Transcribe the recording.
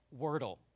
Wordle